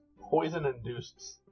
poison-induced